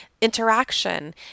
interaction